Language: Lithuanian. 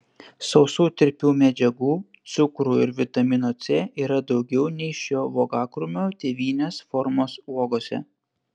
sausų tirpių medžiagų cukrų ir vitamino c yra daugiau nei šio uogakrūmio tėvinės formos uogose